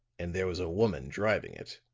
and there was a woman driving it.